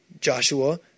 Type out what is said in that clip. Joshua